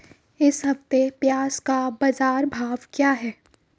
इस हफ्ते प्याज़ का बाज़ार भाव क्या है?